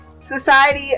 society